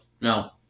No